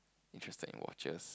interested in watches